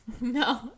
No